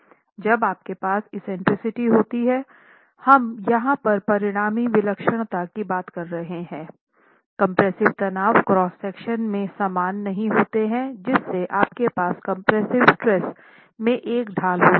जब आपके पास एक्सेंट्रिसिटी होती है हम यहाँ पर परिणामी विलक्षणता की बात कर रहे थे कम्प्रेस्सिव तनाव क्रॉस सेक्शन में समान नहीं होते हैं जिससे आपके पास कंप्रेसिव स्ट्रेस में एक ढाल होगी